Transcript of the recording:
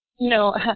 No